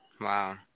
Wow